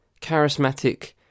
charismatic